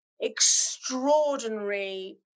extraordinary